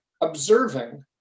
observing